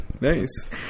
Nice